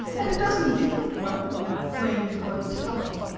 and it does indifferent well in flame-colour'd stock.